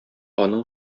аның